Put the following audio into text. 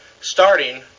starting